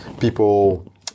people